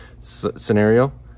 scenario